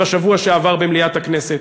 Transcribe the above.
בשבוע שעבר במליאת הכנסת.